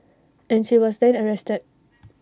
and she was then arrested